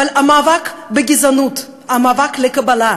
אבל המאבק בגזענות, המאבק לקבלה,